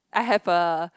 I have a